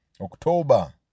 October